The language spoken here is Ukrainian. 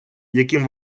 яким